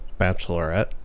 Bachelorette